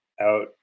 out